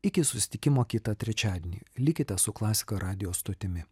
iki susitikimo kitą trečiadienį likite su klasika radijo stotimi